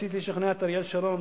ניסיתי לשכנע את אריאל שרון,